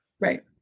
Right